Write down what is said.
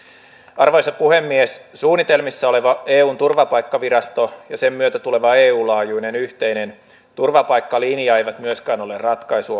arvoisa puhemies suunnitelmissa oleva eun turvapaikkavirasto ja sen myötä tuleva eu laajuinen yhteinen turvapaikkalinja eivät myöskään ole ratkaisu